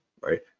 right